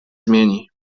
zmieni